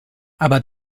aber